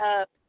up